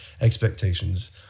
expectations